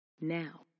Now